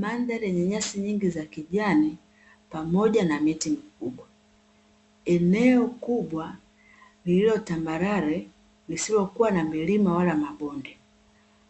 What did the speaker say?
Mandhari yenye nyasi nyingi za kijani pamoja na miti mikubwa. Eneo kubwa lililotambalale lisilokuwa na milima wala mabonde,